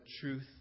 truth